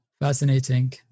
Fascinating